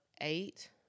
eight